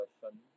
question